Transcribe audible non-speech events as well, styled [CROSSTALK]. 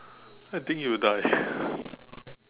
I think you will die [BREATH]